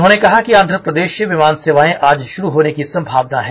उन्होंने कहा कि आंध्र प्रदेश से विमान सेवाएं आज शुरू होने की संभावना है